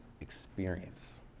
experience